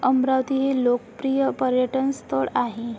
अमरावती हे लोकप्रिय पर्यटन स्थळ आहे